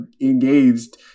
engaged